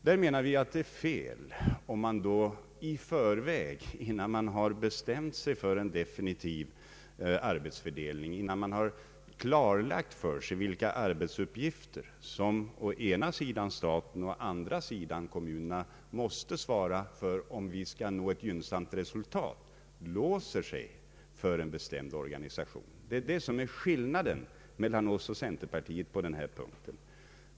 Vi menar att det är fel om man i förväg, innan man gjort klart för sig vilka arbetsuppgifter som å ena sidan staten och å andra sidan kommunerna måste svara för, låser sig för en bestämd organisation. Det är detta som är skillnaden mellan oss och centerpartiet på denna punkt.